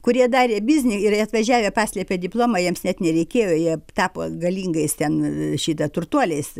kurie darė biznį ir jie atvažiavę paslėpė diplomą jiems net nereikėjo jie tapo galingais ten šitą turtuoliais